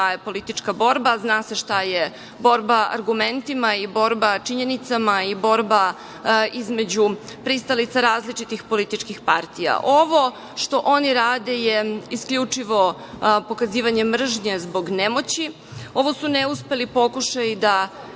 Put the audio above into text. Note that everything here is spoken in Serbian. je politička borba, zna se šta je borba argumentima, borba činjenicama i borba između pristalica različitih političkih partija. Ovo što oni rade je isključivo pokazivanje mržnje zbog nemoći. Ovo su neuspeli pokušaji da